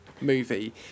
Movie